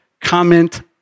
comment